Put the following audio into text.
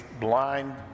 blind